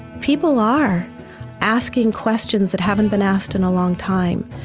people are asking questions that haven't been asked in a long time,